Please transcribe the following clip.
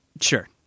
Sure